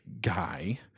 guy